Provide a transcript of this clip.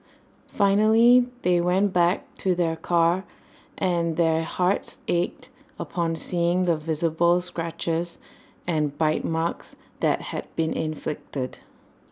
finally they went back to their car and their hearts ached upon seeing the visible scratches and bite marks that had been inflicted